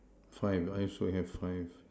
five I also have five